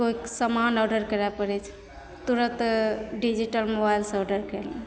केओके समान ऑडर करै पड़ैत छै तुरत डिजीटल मोबाइल से ऑडर करि लै